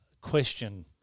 question